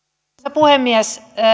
puhemies